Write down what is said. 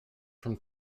from